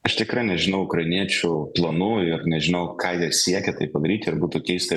aš tikrai nežinau ukrainiečių planų ir nežinau ką jie siekia tai padaryti būtų keista